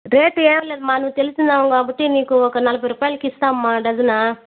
rate ఏం లేదమ్మా నువ్వు తెలిసినామె కాబట్టి నీకు ఒక నలభై రూపాయలకి ఇస్తానమ్మ డజన్